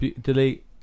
Delete